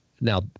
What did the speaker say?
now